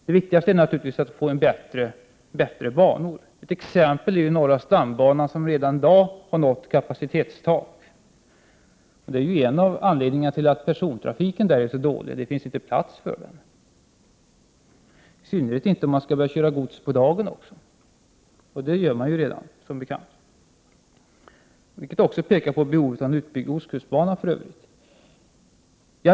Det viktigaste är naturligtvis att få bättre banor. Ett exempel är norra stambanan, som redan i dag har nått kapacitetstaket. Det är en av anledningarna till att persontrafiken där är så dålig. Det finns inte plats för den, i synnerhet inte om man skall börja köra gods på dagen också. Det gör man ju redan, som bekant, vilket också pekar på behovet av en utbyggnad av ostkustbanan för övrigt.